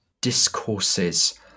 discourses